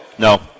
No